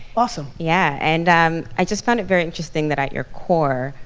awesome. yeah, and um i just found it very interesting that at your core,